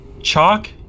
Chalk